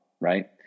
right